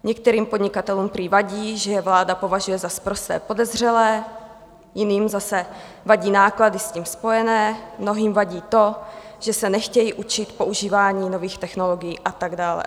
Některým podnikatelům prý vadí, že je vláda považuje za sprosté podezřelé, jiným zase vadí náklady s tím spojené, mnohým vadí to, že se nechtějí učit používání nových technologií, a tak dále.